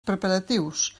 preparatius